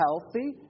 healthy